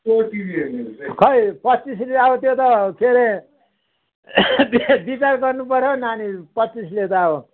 को हौ टिभी हेर्नेहरू चाहिँ खोइ पच्चिस रुपियाँ अब त्यो त के अरे बिचार गर्नु पऱ्यो हौ नानी पच्चिसले त अब